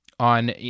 on